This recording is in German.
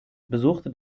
besuchte